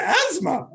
asthma